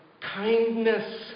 kindness